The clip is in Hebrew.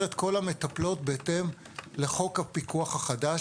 את כל המטפלות בהתאם לחוק הפיקוח החדש,